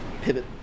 pivot